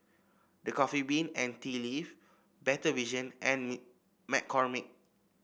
The Coffee Bean and Tea Leaf Better Vision and McCormick